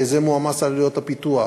זה מועמס על עלויות הפיתוח,